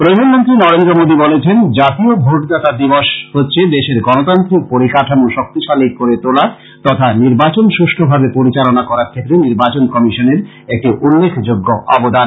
প্রধানমন্ত্রী নরেন্দ্র মোদী বলেছেন জাতীয় ভোটদাতা দিবস হচ্ছে দেশের গণতান্ত্রিক পরিকাঠামো শক্তিশালী করে তোলা তথা নির্বাচন সুষ্ঠভাবে পরিচালনা করার ক্ষেত্রে নির্বাচন কমিশনের উল্লেখযোগ্য অবদান